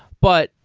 but,